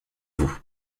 vous